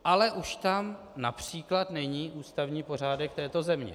Ale už tam například není ústavní pořádek této země.